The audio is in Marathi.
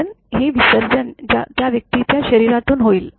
कारण हे विसर्जन त्या व्यक्तीच्या शरीरातून होईल